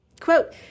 Quote